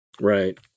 right